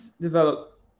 develop